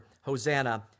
Hosanna